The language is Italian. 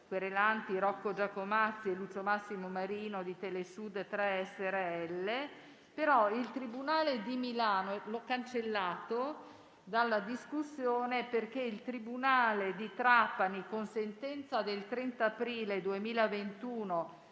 querelanti Rocco Giacomazzi e Lucio Massimo Marino di Telesud 3 srl. L'ho però cancellato dalla discussione perché il tribunale di Trapani, con sentenza del 30 aprile 2021,